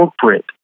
corporate